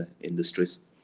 industries